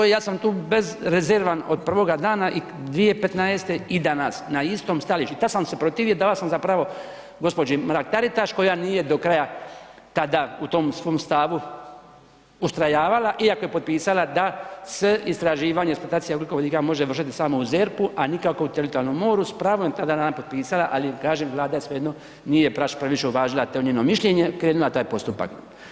Ja sam tu bezrezervan od prvoga dana i 2015. i danas na istom stajalištu i tada sam se protivio i davao sam za pravo gospođi Mrak Taritaš koja nije do tada u tom svom stavu ustrajavala iako je potpisala da se istraživanje i eksploatacija ugljikovodika može vršiti samo u ZERP-u, a nikako u teritorijalnom moru s pravom je tada ona potpisala, ali kažem Vlada je svejedno nije previše uvažila to njeno mišljenje, krenula u taj postupak.